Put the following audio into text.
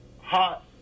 Hot